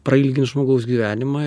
prailgint žmogaus gyvenimą